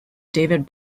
david